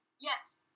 yes